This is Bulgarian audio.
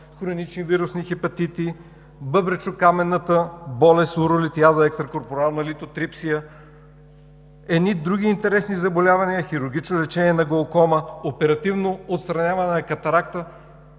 хронични вирусни хепатити, бъбречно-каменна болест, уролитиаза, екстракорпорална литотрипсия, едни други интересни заболявания – хирургично лечение на глаукома, оперативно отстраняване на катаракта.